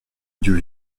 you